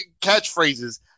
catchphrases